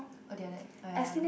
oh did your dad oh ya